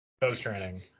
post-training